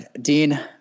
Dean